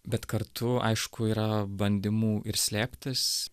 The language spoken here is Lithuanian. bet kartu aišku yra bandymų ir slėptis